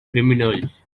criminals